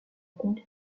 compte